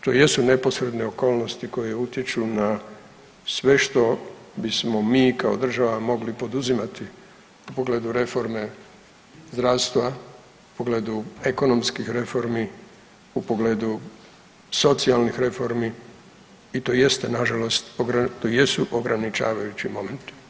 To jesu neposredne okolnosti koje utječu na sve što bismo mi kao država mogli poduzimati u pogledu reforme zdravstva, u pogledu ekonomskih reformi, u pogledu socijalnih reformi i to jeste nažalost, to jesu ograničavajući momenti.